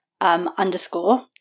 underscore